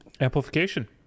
amplification